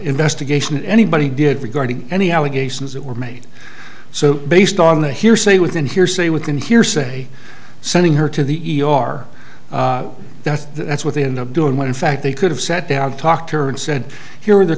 investigation anybody did regarding any allegations that were made so based on the hearsay within hearsay within hearsay sending her to the e r that that's within the doing when in fact they could have sat down to talk to her and said here are the